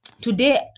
Today